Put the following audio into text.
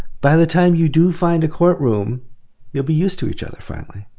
by the time you do find a courtroom you'll be used to each other finally.